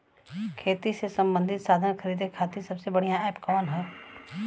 खेती से सबंधित साधन खरीदे खाती सबसे बढ़ियां एप कवन ह?